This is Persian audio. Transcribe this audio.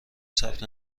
ثبت